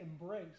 embrace